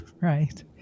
Right